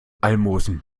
almosen